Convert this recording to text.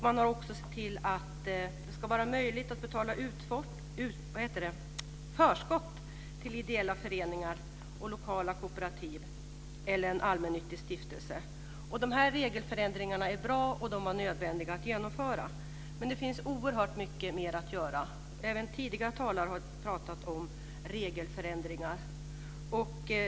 Man har också sett till att det ska vara möjligt att betala förskott till ideella föreningar och lokala kooperativ eller en allmännyttig stiftelse. Dessa regelförändringar var bra, och de var nödvändiga att genomföra. Men det finns oerhört mycket mer att göra. Även tidigare talare har pratat om regelförändringar.